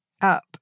up